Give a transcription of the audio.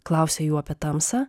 klausia jų apie tamsą